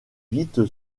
vite